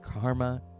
karma